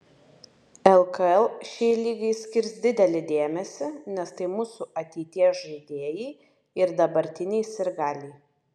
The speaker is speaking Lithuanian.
lkl šiai lygai skirs didelį dėmesį nes tai mūsų ateities žaidėjai ir dabartiniai sirgaliai